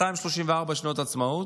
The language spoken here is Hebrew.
234 שנות עצמאות.